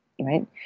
right